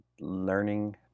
learning